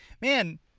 man—